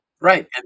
Right